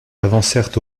avancèrent